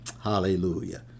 hallelujah